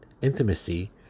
intimacy